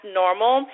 normal